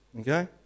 okay